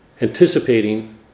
anticipating